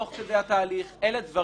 תוך כדי התהליך אלה דברים